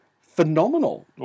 phenomenal